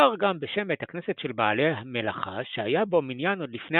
מוכר גם בשם בית הכנסת של בעלי מלאכה שהיה בו מניין עוד לפני